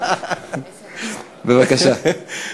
בבקשה.